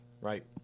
right